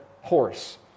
horse